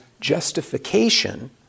justification